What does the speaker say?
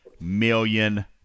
million